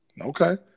Okay